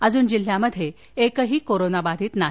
अजून जिल्ह्यात एकही कोरोनाबाधित नाही